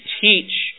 teach